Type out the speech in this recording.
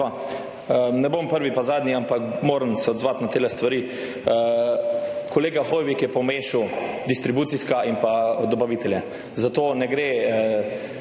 bom prvi in ne zadnji, ampak moram se odzvati na te stvari. Kolega Hoivik je pomešal distribucijska [omrežja] in pa dobavitelje. Zato ne gre